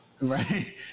Right